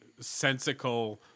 sensical